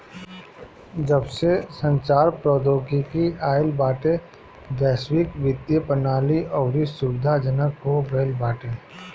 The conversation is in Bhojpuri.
जबसे संचार प्रौद्योगिकी आईल बाटे वैश्विक वित्तीय प्रणाली अउरी सुविधाजनक हो गईल बाटे